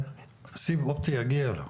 סיב אופטי יגיע אליו.